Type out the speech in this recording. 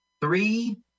three